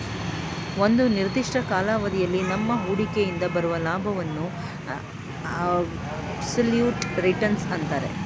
ಒಂದು ನಿರ್ದಿಷ್ಟ ಕಾಲಾವಧಿಯಲ್ಲಿ ನಮ್ಮ ಹೂಡಿಕೆಯಿಂದ ಬರುವ ಲಾಭವನ್ನು ಅಬ್ಸಲ್ಯೂಟ್ ರಿಟರ್ನ್ಸ್ ಅಂತರೆ